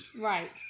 Right